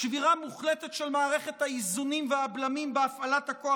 לשבירה מוחלטת של מערכת האיזונים והבלמים בהפעלת הכוח